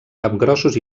capgrossos